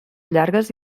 llargues